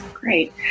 Great